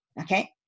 okay